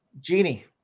Genie